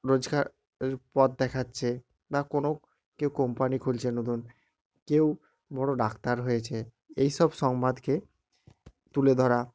রোজগার এর পথ দেখাচ্ছে বা কোনো কেউ কোম্পানি খুলছে নতুন কেউ বড়ো ডাক্তার হয়েছে এইসব সংবাদকে তুলে ধরা